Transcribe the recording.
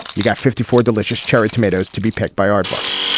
you got fifty four delicious cherry tomatoes to be picked by aardvarks,